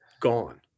gone